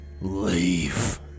...leave